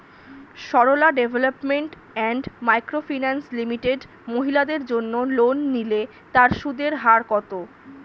Sarala development and micro finance limited মহিলাদের জন্য loan নিলে তার সুদের হার কত?